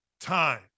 time